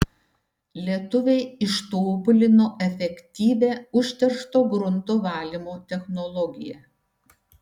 lietuviai ištobulino efektyvią užteršto grunto valymo technologiją